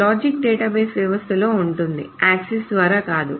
logic database వ్యవస్థలోనే ఉంటుంది access ద్వారా కాదు